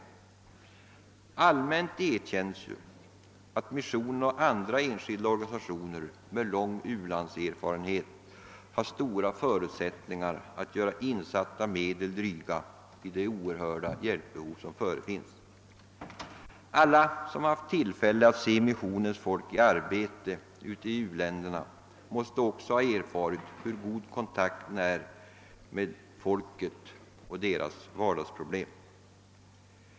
Allmänt erkänns ju att missionen och andra enskilda organisationer med lång u-landserfarenhet har stora förutsättningar att göra satsade medel dryga i det oerhörda hjälpbehov som föreligger. Alla som haft tillfälle att se missionens folk i arbete inom u-länderna måste också ha erfarit hur god kontakten är med människorna och deras vardagsproblem.